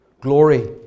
Glory